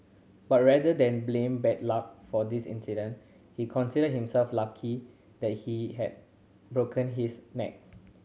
but rather than blame bad luck for this incident he considered himself lucky that he had broken his neck